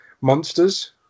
Monsters